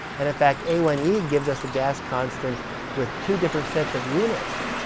and, in fact, a one e gives us the gas constant with two different sets of units,